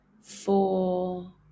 Four